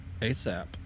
ASAP